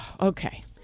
okay